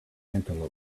antelope